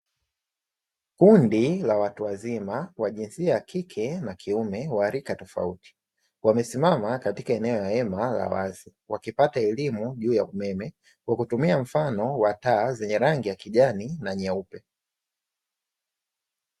Kundi la watu wazima wa jinsia ya kike na kiume wa rika tofauti, wamesimama katika eneo la hema la wazi wakipata elimu juu ya umeme, kwa kutumia mfano wa taa zenye rangi ya kijani na nyeupe.